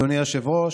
אדוני היושב-ראש,